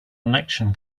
election